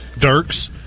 Dirks